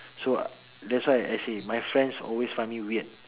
so that's why I say my friends always find me weird